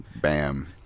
bam